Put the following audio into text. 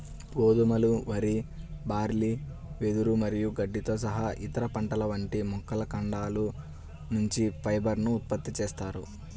గోధుమలు, వరి, బార్లీ, వెదురు మరియు గడ్డితో సహా ఇతర పంటల వంటి మొక్కల కాండాల నుంచి ఫైబర్ ను ఉత్పత్తి చేస్తారు